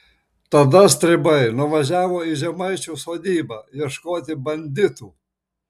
tada stribai nuvažiavo į žemaičių sodybą ieškoti banditų